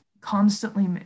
constantly